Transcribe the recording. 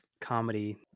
comedy